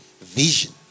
vision